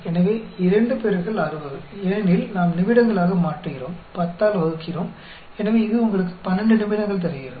எனவே 2 60 ஏனெனில் நாம் நிமிடங்களாக மாற்றுகிறோம் 10 ஆல் வகுக்கிறோம் எனவே இது உங்களுக்கு 12 நிமிடங்கள் தருகிறது